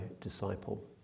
disciple